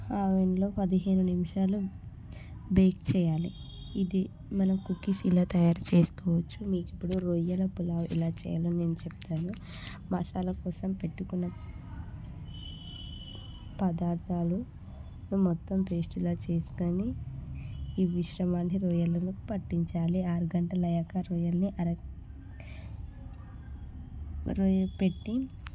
ఆ గిన్నెలో పదిహేను నిమిషాలు బేక్ చేయాలి ఇది మన కుక్కిస్ ఇలా తయారు చేసుకోవచ్చు మీకు ఇప్పుడు రొయ్యల పులావ్ ఎలా చేయాలో నేను చెప్తాను మసాలా కోసం పెట్టుకున్న పదార్థాలు మొత్తం పేస్టులా చేసుకుని ఈ మిశ్రమాన్ని రొయ్యలను పట్టించాలి ఆరు గంటల అయ్యాక రొయ్యలని అర రొయ్య పెట్టి